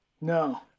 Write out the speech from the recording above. no